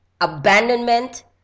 abandonment